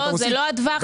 זה לא הטווח.